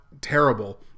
terrible